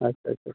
ᱟᱪᱪᱷᱟ ᱟᱪᱪᱷᱟ